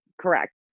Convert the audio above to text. correct